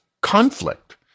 conflict